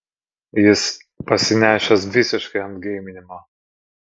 jis pasinešęs visiškai ant geiminimo